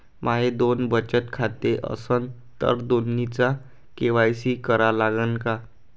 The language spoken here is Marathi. माये दोन बचत खाते असन तर दोन्हीचा के.वाय.सी करा लागन का?